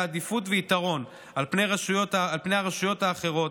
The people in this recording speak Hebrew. עדיפות ויתרון על פני הרשויות האחרות,